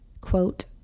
Quote